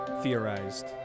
Theorized